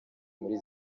muri